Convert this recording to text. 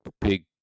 big